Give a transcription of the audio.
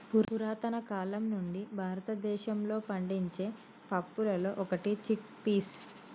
పురతన కాలం నుండి భారతదేశంలో పండించే పప్పులలో ఒకటి చిక్ పీస్